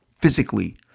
physically